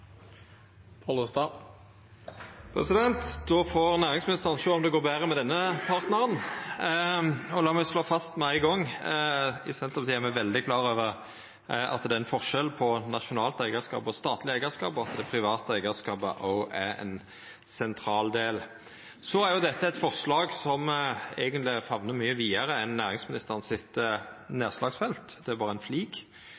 Då får næringsministeren sjå om det går betre med denne partnaren! Og la meg slå fast med ein gong: I Senterpartiet er me veldig klare over at det er ein forskjell på nasjonalt eigarskap og statleg eigarskap, og at privat eigarskap òg er ein sentral del. Så er dette eit forslag som eigentleg femnar mykje vidare enn næringsministeren sitt